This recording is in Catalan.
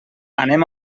anem